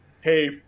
hey